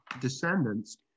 descendants